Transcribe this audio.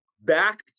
back